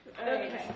Okay